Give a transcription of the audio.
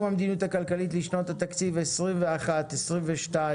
המדיניות הכלכלית לשנות התקציב 2021 ו-2022),